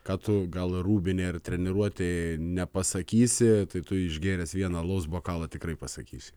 ką tu gal rūbinėj ar treniruotėj nepasakysi tai tu išgėręs vieną alaus bokalą tikrai pasakysi